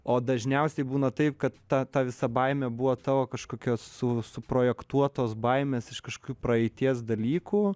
o dažniausiai būna taip kad ta ta visa baimė buvo tavo kažkokia su suprojektuotos baimės iš kažkokių praeities dalykų